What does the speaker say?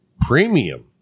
premium